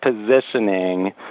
positioning